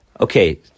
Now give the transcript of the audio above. Okay